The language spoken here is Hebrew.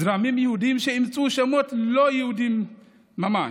זרמים יהודיים שאימצו שמות לא יהודיים ממש,